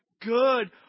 good